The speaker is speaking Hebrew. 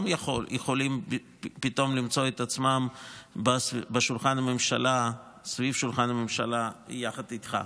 גם יכולים פתאום למצוא את עצמם סביב שולחן הממשלה יחד איתך.